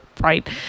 Right